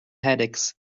headaches